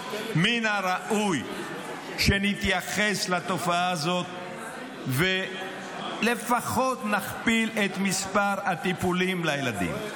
מן הראוי שנתייחס לתופעה הזאת ולפחות נכפיל את מספר הטיפולים לילדים.